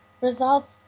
results